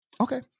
Okay